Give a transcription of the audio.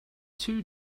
two